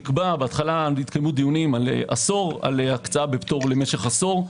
בהתחלה התקיימו דיונים על הקצאה בפטור למשך עשור.